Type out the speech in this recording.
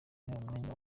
umwanya